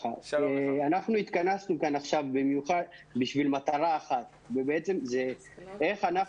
התכנסנו כאן במיוחד בשביל מטרה אחת: איך אנחנו